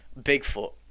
Bigfoot